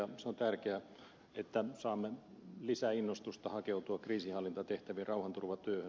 on tärkeää että saamme lisäinnostusta hakeutua kriisinhallintatehtäviin rauhanturvatyöhön